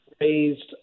raised